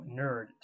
nerd